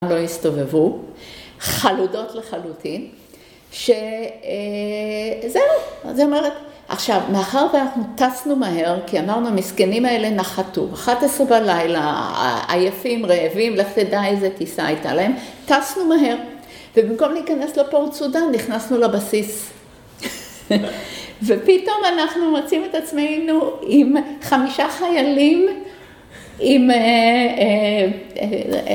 ‫לא הסתובבו, חלודות לחלוטין, ‫שזהו, ואז היא אומרת... ‫עכשיו, מאחר ואנחנו טסנו מהר, ‫כי אמרנו, המסכנים האלה נחתו, ‫11 בלילה, עייפים, רעבים, ‫לפי די, איזה טיסה הייתה להם, ‫טסנו מהר, ובמקום להיכנס ‫לפורט סודן, נכנסנו לבסיס. ‫ופתאום אנחנו מוצאים את עצמנו ‫עם חמישה חיילים, ‫עם א...